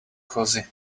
cosy